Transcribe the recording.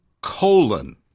colon